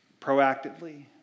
proactively